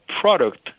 product